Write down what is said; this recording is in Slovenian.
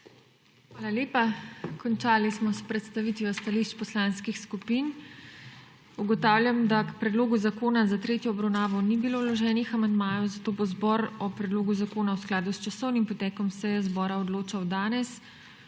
Hvala lepa. Končali smo s predstavitvijo stališč poslanskih skupin. Ugotavljam, da k predlogu zakona za tretjo obravnavo ni bilo vloženih amandmajev, zato bo zbor o predlogu zakona v skladu s časovnim potekom seje zbora odločal danes